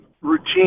routine